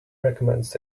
recommends